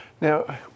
Now